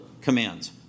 commands